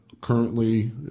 currently